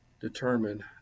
determine